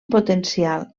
potencial